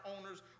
owners